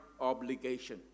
obligation